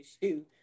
issue